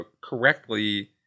correctly